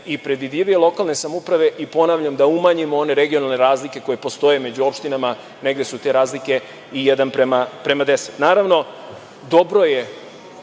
i predvidljivije lokalne samouprave i ponavljam da umanjimo one regionalne razlike koje postoje među opštinama, negde su te razlike i jedan prema deset. Naravno, dobro je,